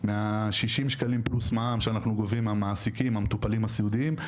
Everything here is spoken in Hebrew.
מהשישים שקלים פלוס מע"מ שאנחנו גובים מהמעסיקים המטופלים הסיעודיים.